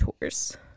tours